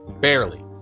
Barely